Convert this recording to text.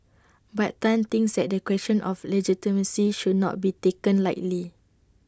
but Tan thinks that the question of legitimacy should not be taken lightly